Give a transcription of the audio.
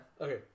Okay